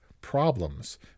problems